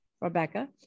Rebecca